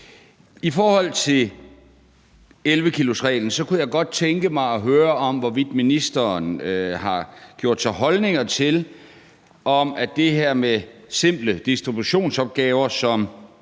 I forhold til 11-kilosreglen kunne jeg godt tænke mig at høre, hvorvidt ministeren har gjort sig nogen tanker om og har en holdning til det her med, at simple distributionsopgaver som